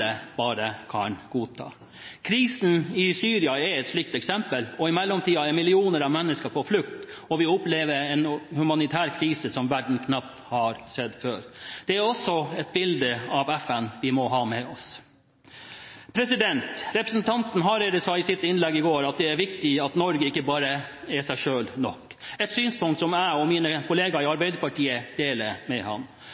kan godta. Krisen i Syria er et slikt eksempel, og i mellomtiden er millioner av mennesker på flukt. Vi opplever en humanitær krise som verden knapt har sett før. Det er også et bilde av FN vi må ha med oss. Representanten Hareide sa i sitt innlegg i går at det er viktig at Norge ikke bare er seg selv nok – et synspunkt som jeg og mine kolleger i